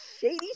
shady